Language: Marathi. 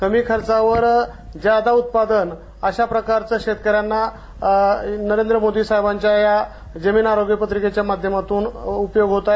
कमी खच्यात ज्यादा उत्पादन अशा प्रकारचा शेतकऱ्याना नरेंद्र मोदी साहेबांच्या या जमिन आरोग्य पत्रिकेच्या माध्यमातून उपयोग होत आहे